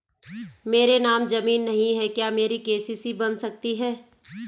मेरे नाम ज़मीन नहीं है क्या मेरी के.सी.सी बन सकती है?